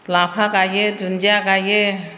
लाफा गायो दुन्दिया गायो